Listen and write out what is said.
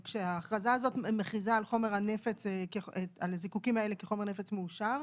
כשהאכרזה הזאת מכריזה על הזיקוקין האלה כחומר נפץ מאושר,